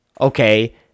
okay